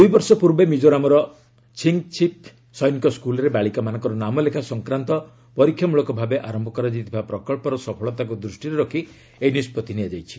ଦୁଇବର୍ଷ ପୂର୍ବେ ମିଜୋରାମର ଛିଙ୍ଗ୍ଛିପ୍ ସୈନିକ ସ୍କୁଲ୍ରେ ବାଳିକାମାନଙ୍କର ନାମ ଲେଖା ସଂକ୍ରାନ୍ତ ପରୀକ୍ଷାମୂଳକ ଭାବେ ଆରମ୍ଭ କରାଯାଇଥିବା ପ୍ରକ୍ସର ସଫଳତାକୁ ଦୃଷ୍ଟିରେ ରଖି ଏହି ନିଷ୍ପଭି ନିଆଯାଇଛି